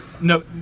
No